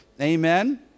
Amen